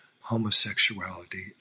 homosexuality